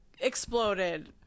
exploded